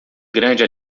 grande